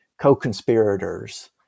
co-conspirators